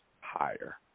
higher